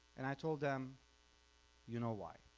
and i told them you know why.